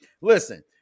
Listen